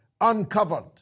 uncovered